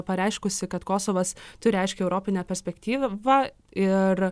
pareiškusi kad kosovas turi aiškią europinę perspektyvą ir